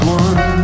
one